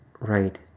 Right